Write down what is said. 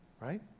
Right